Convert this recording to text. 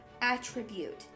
attribute